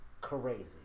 crazy